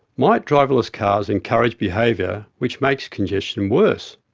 might driverless cars encourage behaviour which makes congestion worse?